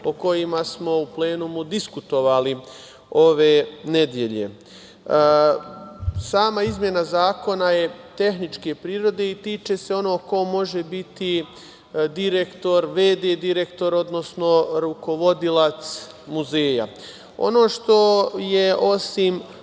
o kojima smo u plenumu diskutovali ove nedelje. Sama izmena Zakona je tehničke prirode i tiče se onoga ko može biti direktor, v.d. direktor, odnosno rukovodilac muzeja. Ono što je osim